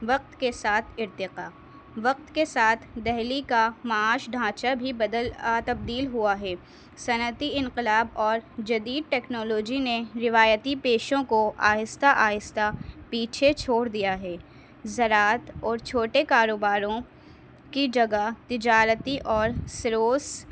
وقت کے ساتھ ارتقا وقت کے ساتھ دلی کا معاشی ڈھانچا بھی بدل تبدیل ہوا ہے صنعتی انقلاب اور جدید ٹیکنالوجی نے روایتی پیشوں کو آہستہ آہستہ پیچھے چھوڑ دیا ہے زراعت اور چھوٹے کاروباروں کی جگہ تجارتی اور سروس